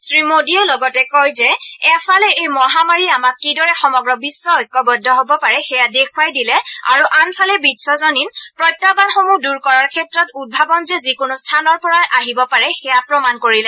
শ্ৰীমোদীয়ে লগতে কয় যে এফালে এই মহামাৰীয়ে আমাক কিদৰে সমগ্ৰ বিশ্ব ঐক্যবদ্ধ হ'ব পাৰে সেয়া দেখুৱাই দিলে আৰু আনফালে বিয়জনীন প্ৰত্যাহান সমূহ দূৰ কৰাৰ ক্ষেত্ৰত উদ্ভাৱন যে যিকোনো স্থানৰ পৰাই আহিব পাৰে সেয়া প্ৰমাণ কৰিলে